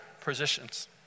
positions